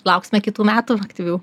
lauksime kitų metų aktyvių